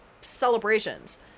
celebrations